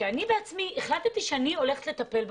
שאני בעצמי החלטתי שאני הולכת לטפל בה.